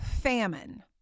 famine